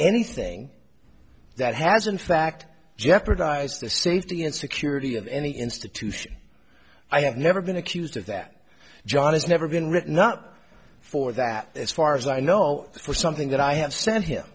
anything that has in fact jeopardize the safety and security of any institution i have never been accused of that john has never been written not for that as far as i know it was something that i have sent him